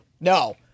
No